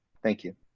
thank you.